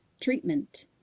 Treatment